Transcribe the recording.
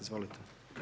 Izvolite.